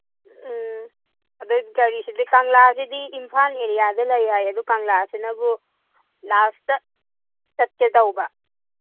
ꯎꯝ ꯑꯗꯩ ꯀꯪꯂꯥꯁꯤꯗꯤ ꯏꯝꯐꯥꯜ ꯑꯦꯔꯤꯌꯥꯗ ꯂꯩ ꯍꯥꯏꯌꯦ ꯑꯗꯨ ꯀꯪꯂꯥꯁꯤꯅꯕꯨ ꯂꯥꯁꯇ ꯆꯠꯇꯦ ꯇꯧꯕ